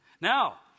Now